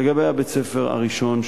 לגבי בית-הספר הראשון,